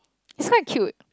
it's quite cute